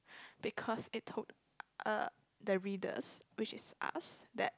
because it took uh the readers which is us that